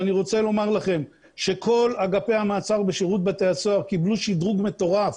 ואני רוצה לומר לכם שכל אגפי המעצר בשירות בתי הסוהר קיבלו שדרוג מטורף.